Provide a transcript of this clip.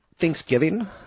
Thanksgiving